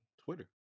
Twitter